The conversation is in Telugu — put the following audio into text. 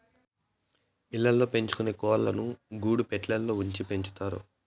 ఇళ్ళ ల్లో పెంచుకొనే కోళ్ళను గూడు పెట్టలో ఉంచి పెంచుతారు